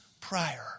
prior